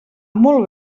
molt